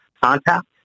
contact